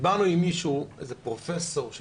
דיברנו עם מישהו, פרופ' שדיבר,